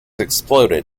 exploded